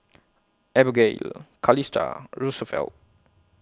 Abagail Calista Roosevelt